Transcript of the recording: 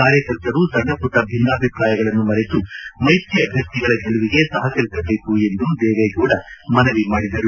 ಕಾರ್ಯಕರ್ತರು ಸಣ್ಣಪುಟ್ಟ ಭಿನ್ನಾಭಿಪ್ರಾಯಗಳನ್ನು ಮರೆತು ಮೈತ್ರಿ ಅಭ್ಯರ್ಥಿಗಳ ಗೆಲುವಿಗೆ ಸಹಕರಿಸಬೇಕು ಎಂದು ಅವರು ಮನವಿ ಮಾಡಿದರು